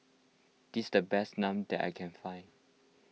this the best Naan that I can find